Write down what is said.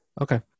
okay